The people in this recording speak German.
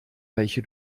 welche